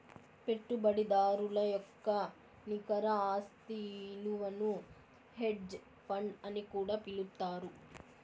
పెట్టుబడిదారుల యొక్క నికర ఆస్తి ఇలువను హెడ్జ్ ఫండ్ అని కూడా పిలుత్తారు